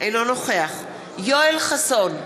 אינו נוכח יואל חסון,